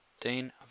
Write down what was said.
Dean